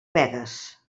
begues